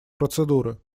процедуры